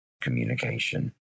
communication